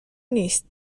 نیست